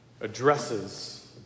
addresses